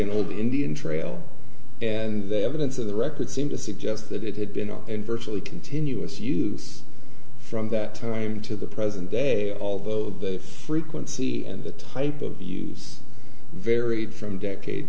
an old indian trail and the evidence of the record seem to suggest that it had been on virtually continuous use from that time to the present day although the frequency and the type of use varied from decade